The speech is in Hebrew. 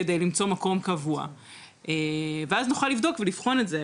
על מנת למצוא מקום קבוע ואז נוכל לבדוק ולבחון את זה.